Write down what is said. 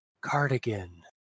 Cardigan